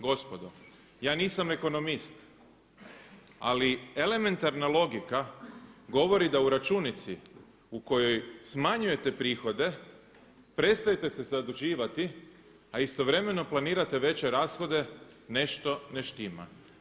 Gospodo ja nisam ekonomist, ali elementarna logika govori da u računici u kojoj smanjujete prihode prestajete se zaduživati, a istovremeno planirate veće rashode nešto ne štima.